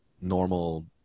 normal